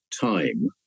time